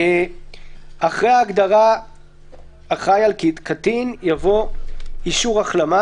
(3)אחרי ההגדרה "אחראי על הקטין" יבוא: ""אישור החלמה"